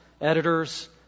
editors